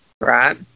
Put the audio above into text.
right